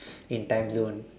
in timezone